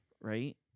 Right